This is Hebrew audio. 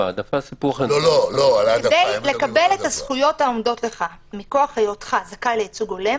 כדי לקבל את הזכויות העומדות לך מכוח היותך זכאי לייצוג הולם,